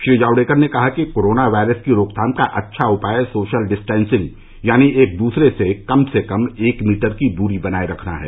श्री जावड़ेकर ने कहा कि कोरोना वायरस की रोकथाम का अच्छा उपाय सोशल डिस्टेसिंग यानी एक दूसरे से कम से कम एक मीटर की दूरी बनाए रखना है